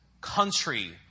country